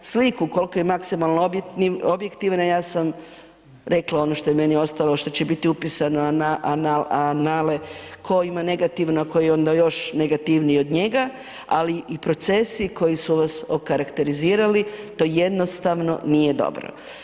Sliku koliko je maksimalno objektivna ja sam rekla ono što je meni ostalo što će biti upisano na anale tko ima negativno, a koji još neaktivniji od njega, ali i procesi koji su vas okarakterizirali to jednostavno nije dobro.